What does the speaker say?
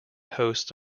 hosts